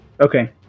Okay